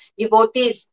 devotees